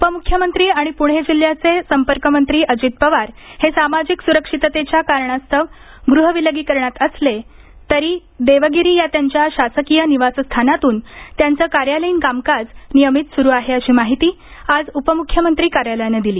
उपमुख्यमंत्री आणि पुणे जिल्ह्याचे संपर्क मंत्री अजित पवार हे सामाजिक सुरक्षिततेच्या कारणास्तव गृहविलगीकरणात असले तरी देवगिरी या त्यांच्या शासकीय निवासस्थानातून त्यांचं कार्यालयीन कामकाज नियमित सुरू आहे अशी माहिती आज उपमुख्यमंत्री कार्यालयानं दिली